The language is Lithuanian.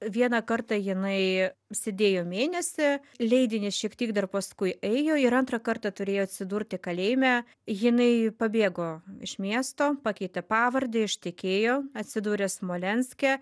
vieną kartą jinai sėdėjo mėnesį leidinys šiek tiek dar paskui ėjo ir antrą kartą turėjo atsidurti kalėjime jinai pabėgo iš miesto pakeitė pavardę ištekėjo atsidūrė smolenske